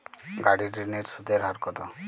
গাড়ির ঋণের সুদের হার কতো?